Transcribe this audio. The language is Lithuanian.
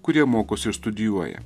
kurie mokosi ir studijuoja